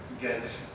get